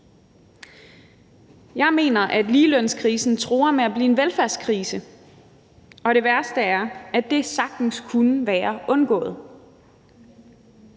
Jeg mener, at ligelønskrisen truer med at blive en velfærdskrise, og det værste er, at det sagtens kunne være undgået.